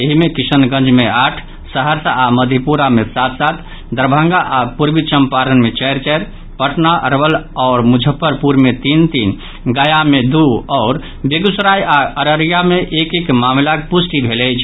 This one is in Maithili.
एहि मे किशनगंज मे आठ सहरसा आ मधेपुरा मे सात सात दरभंगा आ पूर्वी चंपारण मे चारि चारि पटना अरवल आओर मुजफ्फरपुर मे तीन तीन गया मे दू आओर बेगूसराय आ अररिया मे एक एक मामिलाक पुष्टि भेल अछि